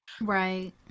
right